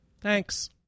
Thanks